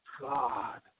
God